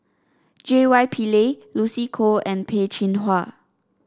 J Y Pillay Lucy Koh and Peh Chin Hua